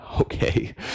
okay